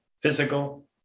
physical